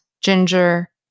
ginger